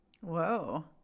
Whoa